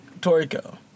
Toriko